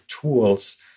tools